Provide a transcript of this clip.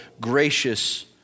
gracious